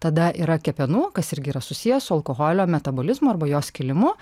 tada yra kepenų kas irgi yra susiję su alkoholio metabolizmu arba jo skilimu